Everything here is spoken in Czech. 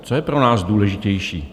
Co je pro nás důležitější?